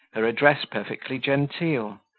her address perfectly genteel,